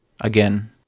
Again